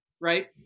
right